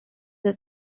that